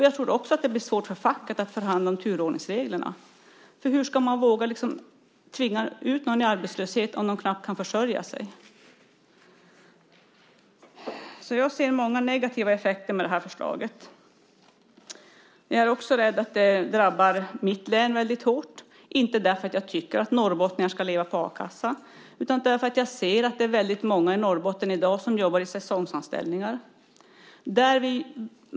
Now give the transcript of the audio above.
Jag tror också att det blir svårt för facket att förhandla om turordningsreglerna. Hur ska man våga tvinga ut någon i arbetslöshet om denne knappt kan försörja sig? Jag ser många negativa effekter av det här förslaget. Jag är också rädd att det drabbar mitt län väldligt hårt - inte därför att jag tycker att norrbottningar ska leva på a-kassa utan därför att jag ser att väldigt många i Norrbotten i dag jobbar i säsongsanställningar.